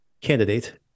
candidate